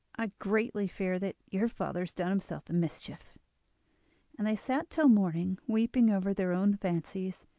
i greatly fear that your father has done himself a mischief and they sat till morning weeping over their own fancies.